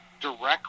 directly